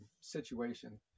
situation